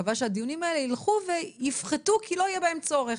אני מקווה שהדיונים האלה ילכו ויפחתו מהסיבה שפשוט לא יהיה בהם צורך,